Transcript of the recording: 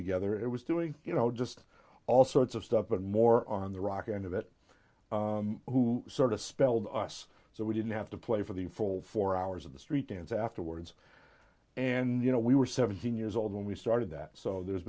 together it was doing you know just all sorts of stuff but more on the rock end of it who sort of spelled us so we didn't have to play for the full four hours in the street dance afterwards and you know we were seventeen years old when we started that so there's